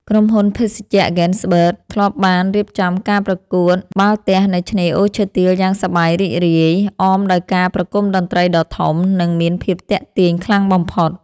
ក្រុមហ៊ុនភេសជ្ជៈហ្គេនស៍បឺគធ្លាប់បានរៀបចំការប្រកួតបាល់ទះនៅឆ្នេរអូឈើទាលយ៉ាងសប្បាយរីករាយអមដោយការប្រគំតន្ត្រីដ៏ធំ និង មានភាពទាក់ទាញខ្លាំងបំផុត។